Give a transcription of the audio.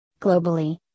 Globally